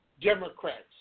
Democrats